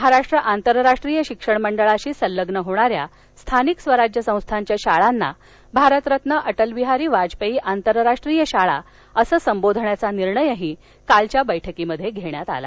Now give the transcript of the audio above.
महाराष्ट्र आंतरराष्ट्रीय शिक्षण मंडळाशी संलग्न होणाऱ्या स्थानिक स्वराज्य संस्थांच्या शाळांना भारतरत्न अटलबिहारी वाजपेयी आंतरराष्ट्रीय शाळा असं संबोधण्याचा निर्णयही या बैठकीत घेण्यात आला